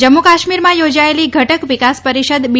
જમ્મુ કાશ્મીરમાં યોજાયેલી ઘટક વિકાસ પરિષદ બી